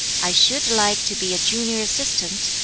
i should like to be a junior assistant,